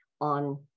on